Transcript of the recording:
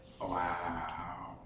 Wow